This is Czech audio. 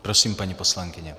Prosím, paní poslankyně.